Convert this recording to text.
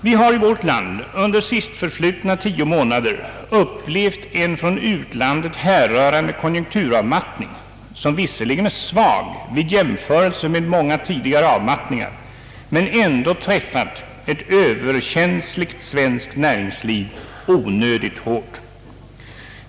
Vi har i vårt land under sistförflutna 10 månader upplevt en från utlandet härrörande konjunkturavmattning, som visserligen är svag i jämförelse med många tidigare avmattningar men som ändå träffar ett Ööverkänsligt svenskt näringsliv onödigt hårt.